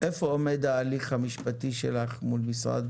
איפה עומד ההליך המשפטי שלך מול משרד